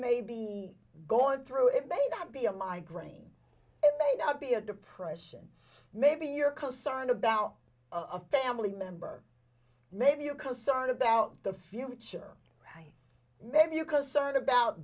may be going through it may not be a migraine it may not be a depression maybe you're concerned about of family member maybe you're concerned about the future maybe you concerned about